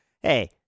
Hey